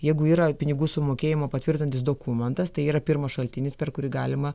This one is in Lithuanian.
jeigu yra pinigų sumokėjimą patvirtinantis dokumentas tai yra pirmas šaltinis per kurį galima